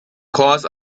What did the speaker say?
course